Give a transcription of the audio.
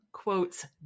quotes